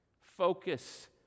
focus